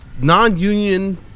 non-union